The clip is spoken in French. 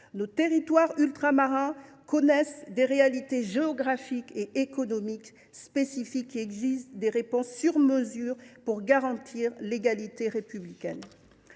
Nos territoires ultramarins connaissent des réalités géographiques et économiques spécifiques qui appellent des réponses sur mesure pour garantir l’égalité républicaine.